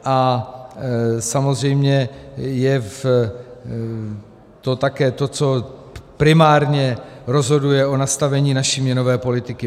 A samozřejmě je to také to, co primárně rozhoduje o nastavení naší měnové politiky.